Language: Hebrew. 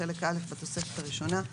בחלק א' בתוספת הראשונה,